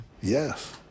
Yes